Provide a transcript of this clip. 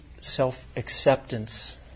self-acceptance